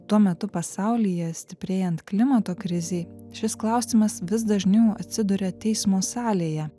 tuo metu pasaulyje stiprėjant klimato krizei šis klausimas vis dažniau atsiduria teismo salėje